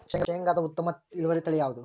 ಶೇಂಗಾದ ಉತ್ತಮ ಇಳುವರಿ ತಳಿ ಯಾವುದು?